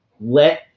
let